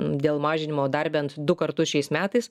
dėl mažinimo dar bent du kartus šiais metais